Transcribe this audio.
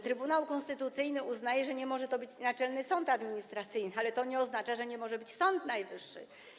Trybunał Konstytucyjny uznaje, że nie może to być Naczelny Sąd Administracyjny, ale to nie oznacza, że nie może być Sąd Najwyższy.